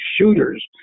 shooters